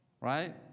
Right